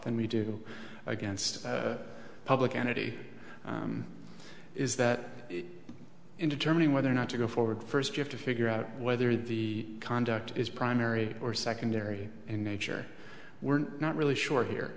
than we do against public entity is that in determining whether or not to go forward first you have to figure out whether the conduct is primary or secondary in nature we're not really sure here